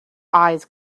eyes